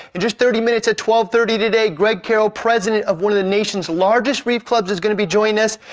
in just thirty minutes at twelve thirty today, greg carroll, president of one of the nation's largest reef clubs is gonna be joining us.